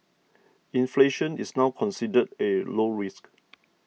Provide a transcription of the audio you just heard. inflation is now considered a low risk